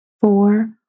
four